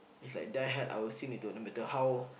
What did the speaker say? is like die hard I still need to no matter how